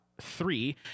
three